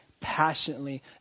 passionately